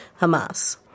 Hamas